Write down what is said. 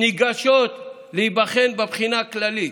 הן ניגשות להיבחן בבחינה הכללית.